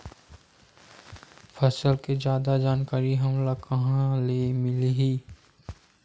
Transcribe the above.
फसल के जादा जानकारी हमला कहां ले मिलही?